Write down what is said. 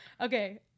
okay